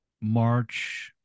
March